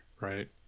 right